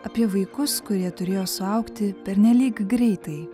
apie vaikus kurie turėjo suaugti pernelyg greitai